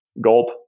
Gulp